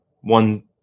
one